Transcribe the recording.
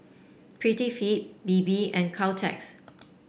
Prettyfit Bebe and Caltex